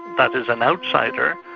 that is an outsider,